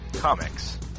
Comics